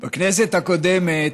בכנסת הקודמת